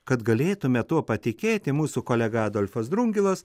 kad galėtume tuo patikėti mūsų kolega adolfas drungilas